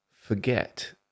forget